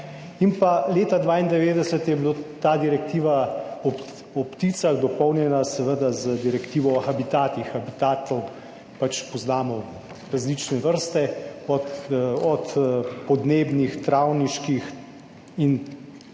in pa leta 1992 je bila ta direktiva o pticah dopolnjena seveda z direktivo o habitatih. Habitate, pač poznamo različne vrste, od podnebnih, travniških in